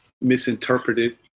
misinterpreted